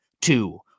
two